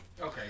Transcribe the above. Okay